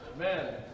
Amen